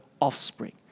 offspring